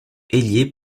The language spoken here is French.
ailier